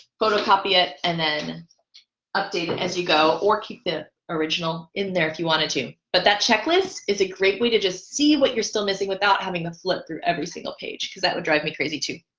photocopy it and update as you go or keep the original in there if you wanted to but that checklist is a great way to just see what you're still missing without having the flip through every single page cuz that would drive me crazy too